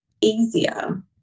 easier